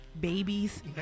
babies